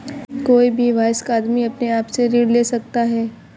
कोई भी वयस्क आदमी अपने आप से ऋण ले सकता है